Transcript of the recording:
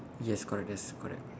yes correct yes correct